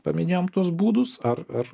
paminėjom tuos būdus ar ar